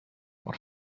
por